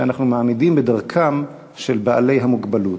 שאנחנו מעמידים בדרכם של בעלי המוגבלות.